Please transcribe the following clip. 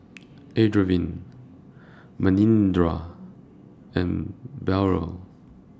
Arvind Manindra and Bellur